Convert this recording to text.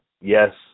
yes